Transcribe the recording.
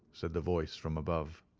said the voice from above.